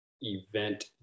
event